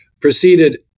proceeded